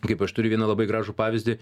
kaip aš turiu vieną labai gražų pavyzdį